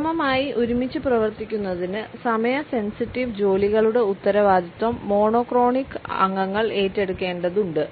സുഗമമായി ഒരുമിച്ച് പ്രവർത്തിക്കുന്നതിന് സമയ സെൻസിറ്റീവ് ജോലികളുടെ ഉത്തരവാദിത്തം മോണോക്രോണിക് അംഗങ്ങൾ ഏറ്റെടുക്കേണ്ടതുണ്ട്